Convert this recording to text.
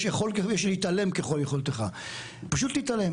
פשוט להתעלם.